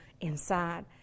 inside